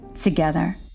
together